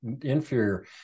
inferior